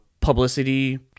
publicity